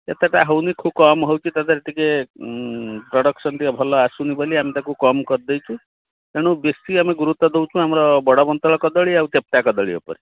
ସେତେଟା ହଉନି ଖୁବ୍ କମ୍ ହଉଛି ତାଦେହରେ ଟିକେ ପ୍ରଡକ୍ସନ ଟିକେ ଭଲ ଆସୁନି ବୋଲି ଆମେ ତାକୁ କମ କରିଦେଇଛୁ ତେଣୁ ବେଶି ଆମର ଗୁରୁତ୍ୱ ଦେଉଛୁ ବଡ଼ ବନ୍ତଳ କଦଳୀ ଆଉ ଚେପଟା କଦଳୀ ଉପରେ